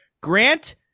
Grant